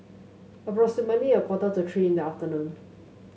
approximately a quarter to three in the afternoon